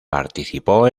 participó